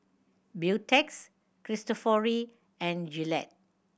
Beautex Cristofori and Gillette